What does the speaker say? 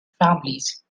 families